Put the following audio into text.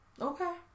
Okay